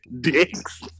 Dicks